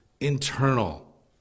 internal